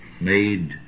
made